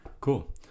Cool